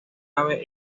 ave